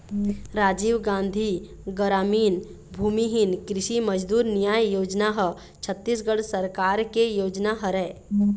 राजीव गांधी गरामीन भूमिहीन कृषि मजदूर न्याय योजना ह छत्तीसगढ़ सरकार के योजना हरय